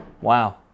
Wow